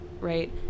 right